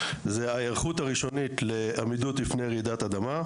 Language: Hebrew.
זה ההיערכות הראשונית לעמידות בפני רעידת אדמה.